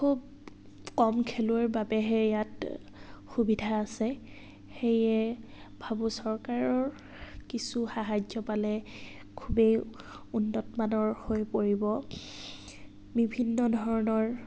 খুব কম খেলুৱৈৰ বাবেহে ইয়াত সুবিধা আছে সেয়ে ভাবোঁ চৰকাৰৰ কিছু সাহাৰ্য্য় পালে খুবেই উন্নতমানৰ হৈ পৰিব বিভিন্ন ধৰণৰ